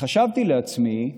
וחשבתי לעצמי,